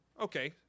Okay